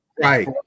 right